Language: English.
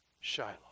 Shiloh